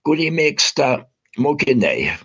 kurį mėgsta mokiniai